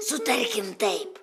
sutarkim taip